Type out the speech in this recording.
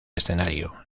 escenario